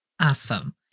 Awesome